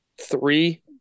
Three